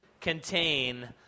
contain